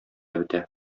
бетә